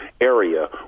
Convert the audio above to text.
area